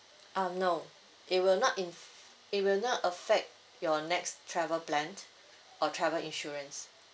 um no it will not in it will not affect your next travel plan or travel insurance